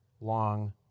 long